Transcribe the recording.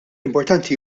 importanti